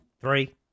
Three